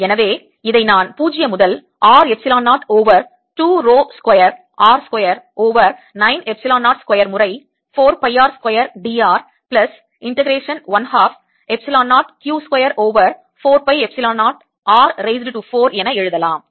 எனவே இதை நான் 0 முதல் R epsilon 0 over 2 rho square r square over 9 epsilon 0 square முறை 4 pi r square dr plus integration 1 half epsilon 0 Q square over 4 pi epsilon 0 r raised to 4 என எழுதலாம்